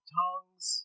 tongues